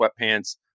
sweatpants